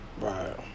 Right